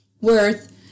worth